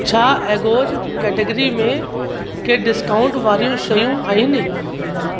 छा एगोज कैटेगरी में के डिस्काउंट वारियूं शयूं आहिनि